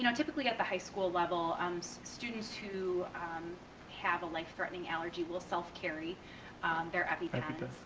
you know typically at the high school level, um so students who have a life threatening allergy will self-carry their epipen.